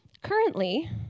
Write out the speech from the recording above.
Currently